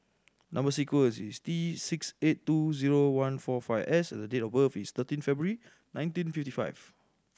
number sequence is T six eight two zero one four five S the date of birth is thirteen February nineteen fifty five